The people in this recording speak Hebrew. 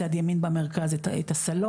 מצד ימין במרכז את הסלון,